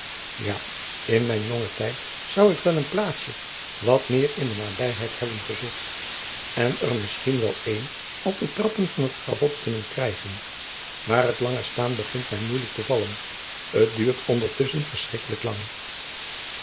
ja in mijn jongen tijd zoû ik wel een plaatsjen wat meer in de nabyheid hebben gezocht en er misschien wel een op de trappen van t schavot kunnen krijgen maar het lange staan begint my moeilijk te vallen t duurt ondertusschen verschrikkelijk lang